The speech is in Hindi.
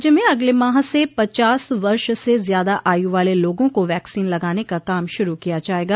राज्य में अगले माह से पचास वर्ष से ज़्यादा आयु वाले लोगों को वैक्सीन लगाने का काम शुरू किया जायेगा